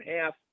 half